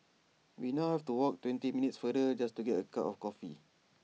we now have to walk twenty minutes farther just to get A cup of coffee